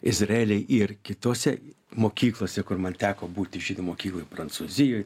izraelyje ir kitose mokyklose kur man teko būti žydų mokykloj prancūzijoj